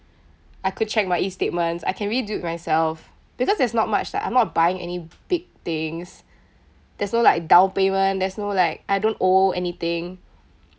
I could check my E statements I can really do it myself because there's not much that I'm not a buying any big things there's no like down payment there's no like I don't owe anything